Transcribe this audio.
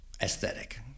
aesthetic